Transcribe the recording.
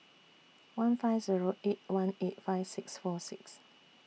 one five Zero eight one eight five six four six